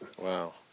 Wow